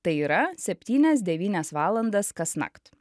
tai yra septynias devynias valandas kasnakt